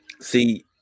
See